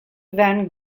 van